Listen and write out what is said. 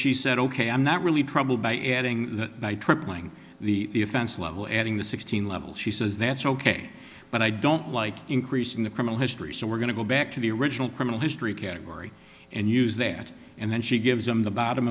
she said ok i'm not really troubled by ending tripling the offense level adding the sixteen level she says nancy ok but i don't like increasing the criminal history so we're going to go back to the original criminal history category and use that and then she gives them the bottom